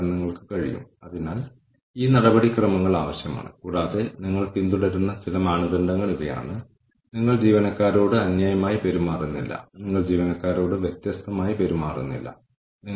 ഡോക്യുമെന്റേഷന്റെ ആവശ്യമുണ്ടെങ്കിൽ സിസ്റ്റത്തിലേക്ക് ഏതെങ്കിലും തരത്തിലുള്ള ഡോക്യൂമെന്റുകൾ അപ്ലോഡ് ചെയ്യാൻ ഇത് നിങ്ങളെ അനുവദിക്കുമോ ഇല്ലയോ